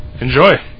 enjoy